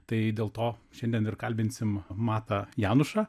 tai dėl to šiandien ir kalbinsim matą janušą